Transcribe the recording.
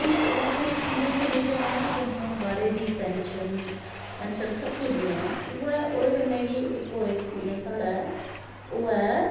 उस बक्खरे ऐक्सपिरियंस कन्नै केह् होना कि तुसेंगी बाह्रे दी टैंशन सब किश दूर होना उऐ ओहदे कन्नै कि इक और एक्सपिरियंस साढ़ा ऐ ओह् ऐ